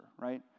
right